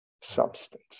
substance